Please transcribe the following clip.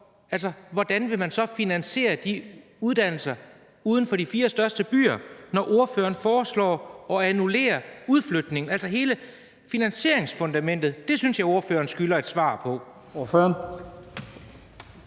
for, hvordan man vil finansiere de uddannelser uden for de fire største byer, når ordføreren foreslår at annullere udflytningen. Altså, spørgsmålet om hele finansieringsfundamentet synes jeg at ordføreren skylder et svar på.